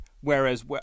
Whereas